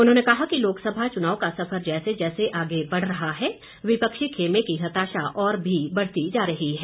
उन्होंने कहा कि लोकसभा चुनाव का सफर जैसे जैसे आगे बढ़ रहा है विपक्षी खेमे की हताशा और भी बढ़ती जा रही है